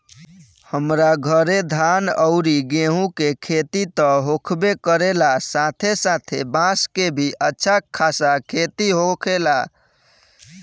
हमरा घरे धान अउरी गेंहू के खेती त होखबे करेला साथे साथे बांस के भी अच्छा खासा खेती होखेला